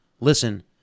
Listen